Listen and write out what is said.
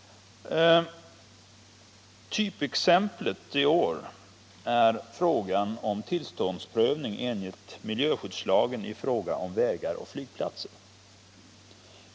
Typexemplet i år är frågan om tillståndsprövning enligt miljöskydds lagen när det gäller vägar och flygplatser.